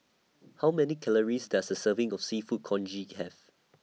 How Many Calories Does A Serving of Seafood Congee Have